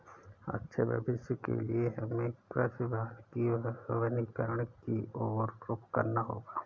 अच्छे भविष्य के लिए हमें कृषि वानिकी वनीकरण की और रुख करना होगा